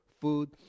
food